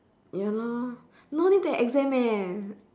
ya lor no need take exam eh